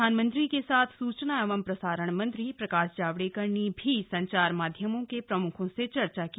प्रधानमंत्री के साथ सूचना और प्रसारण मंत्री प्रकाश जावडेकर ने भी संचार माध्यमों के प्रम्खों से चर्चा की